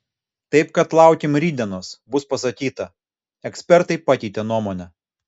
taip kad laukim rytdienos bus pasakyta ekspertai pakeitė nuomonę